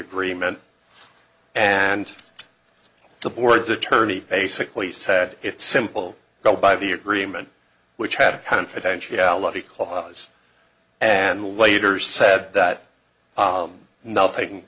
agreement and the board's attorney basically said it's simple go by the agreement which had a confidentiality clause and later said that nothing